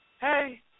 Hey